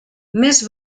més